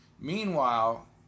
Meanwhile